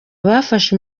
bafashe